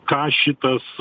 ką šitas